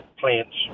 plants